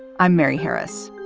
i'm mary harris.